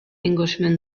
englishman